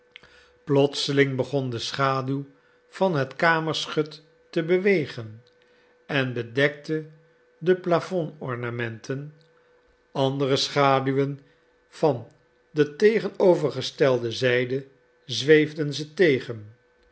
plotseling begon de schaduw van het kamerschut te bewegen en bedekte de plafond ornementen andere schaduwen van de tegenovergestelde zijde zweefden ze tegen